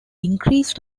increased